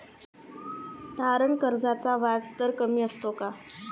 तारण कर्जाचा व्याजदर कमी असतो का?